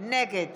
נגד